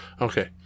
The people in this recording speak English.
Okay